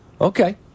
okay